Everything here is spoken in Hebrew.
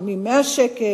תשלמי 100 שקל,